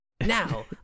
Now